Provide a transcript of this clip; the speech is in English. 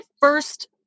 first